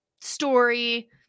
story